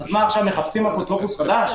מה, עכשיו מחפשים אפוטרופוס חדש?